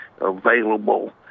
available